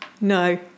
No